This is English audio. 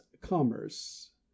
commerce